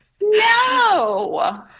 no